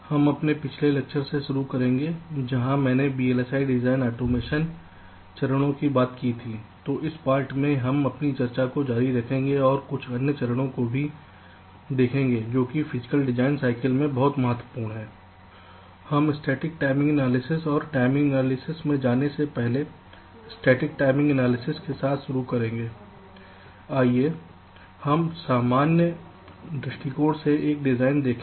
तो हम कुछ अपने पिछले लेक्चर से शुरू करेंगे जहां मैंने वीएलएसआई डिजाइन ऑटोमेशन चरणों की बात की थी तो इस पार्ट 2 में हम अपने चर्चा को जारी रखेंगे और कुछ अन्य चरणों को भी देखेंगे जोकि फिजिकल डिजाइन साइकिल में बहुत महत्वपूर्ण है तो हम स्टैटिक टाइमिंग एनालिसिस और टाइमिंग एनालिसिस क्या है में जाने से पहले स्टैटिक टाइमिंग एनालिसिस के साथ शुरू करेंगे आइए हम सामान्य दृष्टिकोण से एक डिजाइन देखें